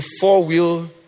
four-wheel